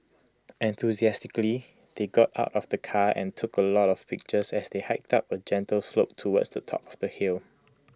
enthusiastically they got out of the car and took A lot of pictures as they hiked up A gentle slope towards the top of the hill